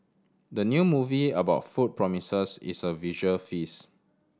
the new movie about food promises is a visual feast